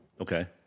Okay